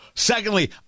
Secondly